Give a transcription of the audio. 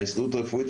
ההסתדרות הרפואית,